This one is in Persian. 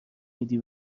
میدی